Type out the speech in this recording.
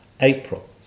April